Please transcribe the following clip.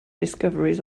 discoveries